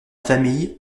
famille